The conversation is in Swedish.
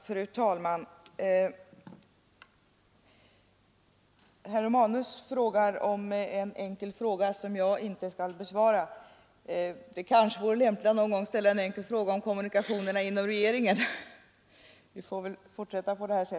Fru talman! Herr Romanus ställer en enkel fråga som jag inte skall besvara. Herr Romanus får väl fortsätta och någon gång ställa en enkel fråga om kommunikationerna inom regeringen.